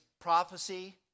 prophecy